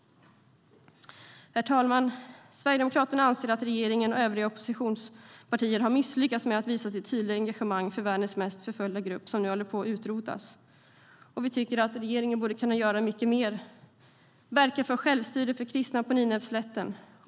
Sverigedemokraterna anser, herr talman, att regeringen och övriga oppositionspartier har misslyckats med att visa sitt tydliga engagemang för världens mest förföljda grupp, som nu håller på att utrotas. Vi tycker att regeringen borde kunna göra mycket mer, som till exempel att verka för självstyre för kristna på Nineveslätten.